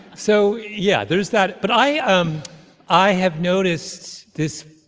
so yeah, there's that. but i um i have noticed this.